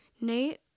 Nate